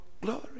glory